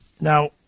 Now